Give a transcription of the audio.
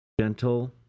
gentle